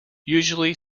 usually